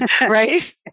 Right